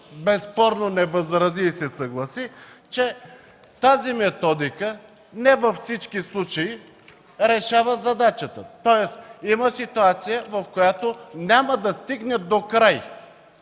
безспорно не възрази и се съгласи, че тази методика не във всички случаи решава задачата, тоест има ситуация, в която няма да стигне докрай.